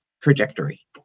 trajectory